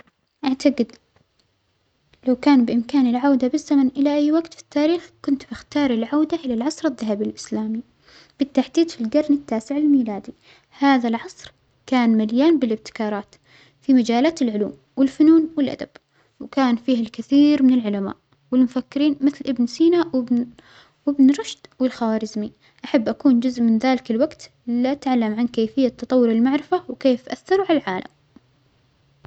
أعتجد لو كان بإمكانى العودة بالزمن إلى أى وجت في التاريخ كنت بختار العودة إلى العصر الذهبي الإسلامي بالتحديد في الجرن التاسع الميلادى، هذا العصر كان مليان بالإبتكارات في مجالات العلوم والفنون والأدب، وكان فيه الكثييير من العلماء والمفكرين مثل إبن سينا وإبن-وإبن رشد والخوارزومى، أحب أكون جزء من ذلك الوجت، لا تعلم عن كيفية تطور المعرفة وكيف أثروا عالعالم.